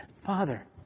Father